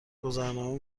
گذرنامه